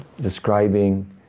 describing